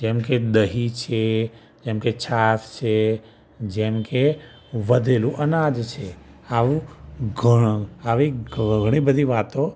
જેમકે દહીં છે જેમકે છાશ છે જેમકે વધેલું અનાજ છે આવું ઘ આવી ઘણી બધી વાતો